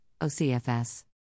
OCFS